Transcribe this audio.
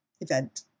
event